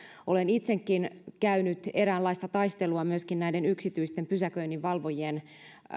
olen itsekin käynyt eräänlaista taistelua myöskin näiden yksityisten pysäköinninvalvojien